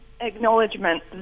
acknowledgement